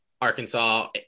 Arkansas